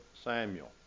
Samuel